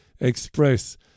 Express